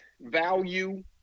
value